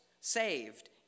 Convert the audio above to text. saved